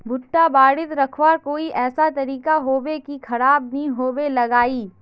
भुट्टा बारित रखवार कोई ऐसा तरीका होबे की खराब नि होबे लगाई?